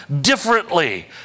differently